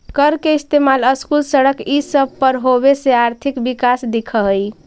कर के इस्तेमाल स्कूल, सड़क ई सब पर होबे से आर्थिक विकास दिख हई